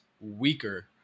weaker